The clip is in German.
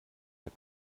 der